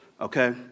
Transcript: Okay